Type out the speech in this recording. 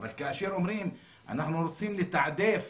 אבל כאשר אומרים שרוצים לתעדף